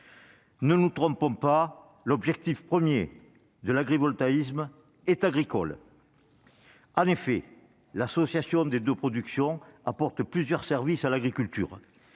Ne nous trompons pas, l'objectif premier de l'agrivoltaïsme est agricole. L'association des deux productions apporte plusieurs services à l'agriculture